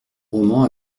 roman